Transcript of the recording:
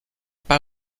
pas